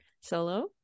Solo